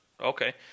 Okay